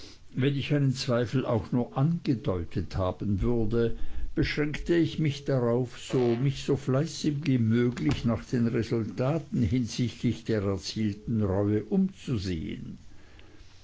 wenn ich einen zweifel auch nur angedeutet haben würde beschränkte ich mich darauf mich so fleißig wie möglich nach den resultaten hinsichtlich der erzielten reue umzusehen